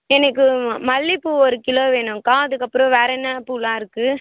எனக்கு மல்லிப்பூ ஒரு கிலோ வேணுக்கா அதற்கப்பறம் வேறு என்ன பூலாம் இருக்கு